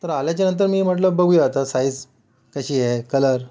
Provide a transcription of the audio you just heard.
तर आल्यानंतर मी म्हटलं बघूया आता साईज कशी आहे कलर